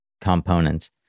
components